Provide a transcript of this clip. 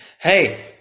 Hey